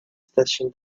station